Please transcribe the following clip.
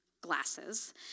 glasses